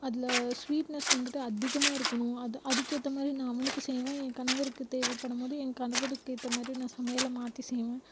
அதில் ஸ்வீட்னஸ் வந்துட்டு அதிகமாக இருக்கணும் அதை அதுக்கேற்ற மாதிரி நான் அவனுக்கு செய்வேன் என் கணவருக்கு தேவைப்படும்போது என் கணவருக்கு ஏற்ற மாதிரி நான் சமையலை மாற்றி செய்வேன்